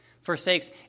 forsakes